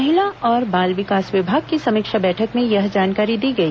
महिला और बाल विकास विभाग की समीक्षा बैठक में यह जानकारी दी गई